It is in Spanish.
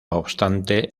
obstante